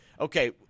Okay